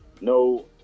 No